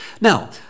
Now